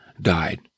died